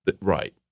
Right